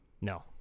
No